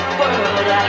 world